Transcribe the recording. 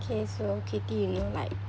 okay so katie you know like